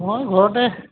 মই ঘৰতে